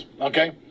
okay